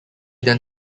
then